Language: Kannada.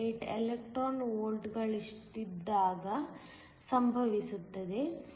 48 ಎಲೆಕ್ಟ್ರಾನ್ ವೋಲ್ಟ್ಗಳಷ್ಟಿದ್ದಾಗ ಸಂಭವಿಸುತ್ತದೆ